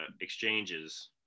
exchanges